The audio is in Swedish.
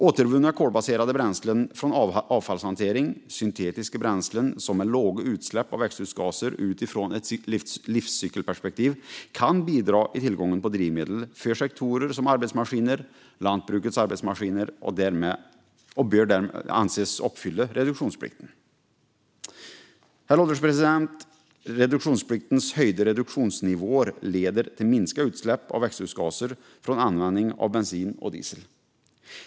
Återvunna kolbaserade bränslen från avfallshantering, syntetiska bränslen, med låga utsläpp av växthusgaser utifrån ett livscykelperspektiv kan bidra i tillgången på drivmedel för sektorer som arbetsmaskiner och lantbrukets arbetsmaskiner och bör därmed anses uppfylla reduktionsplikten. Herr ålderspresident! Reduktionspliktens höjda reduktionsnivåer leder till minskade utsläpp av växthusgaser från användning av bensin och diesel.